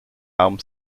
arme